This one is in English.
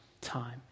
time